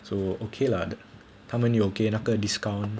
so okay lah the 他们有给那个 discount